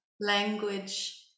language